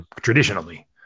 traditionally